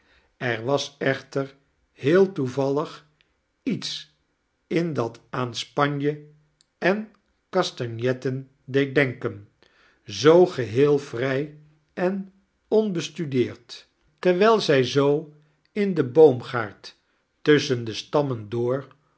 ex was echter heel toeyallig iets in dat aan spanje en castagnetten deed demken zoo geheel vrij en onbestudeefd terwijl zij zoo in den boomgaard tusschen de stammen door